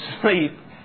sleep